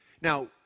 Now